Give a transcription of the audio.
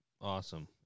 Awesome